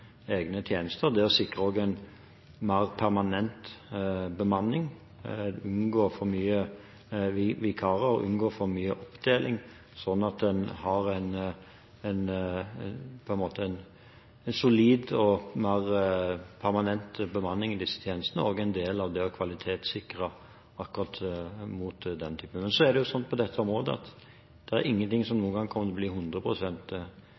egne tjenester. Det er viktig å sikre en mer permanent bemanning og unngå for mye vikarbruk og for mye oppdeling, sånn at en har en solid og mer permanent bemanning i disse tjenestene. Det er også en del av det å kvalitetssikre for at dette ikke skal skje. Men på dette området er det ingenting som